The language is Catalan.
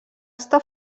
està